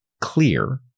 clear